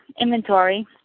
inventory